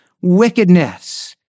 wickedness